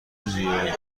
چیزیه